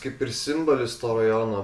kaip ir simbolis to rajono